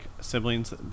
siblings